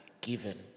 given